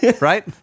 right